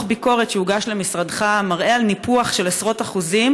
ביקורת שהוגש למשרדך מראה ניפוח של עשרות אחוזים,